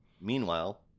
Meanwhile